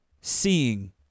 seeing